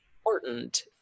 important